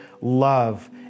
love